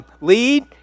lead